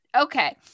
Okay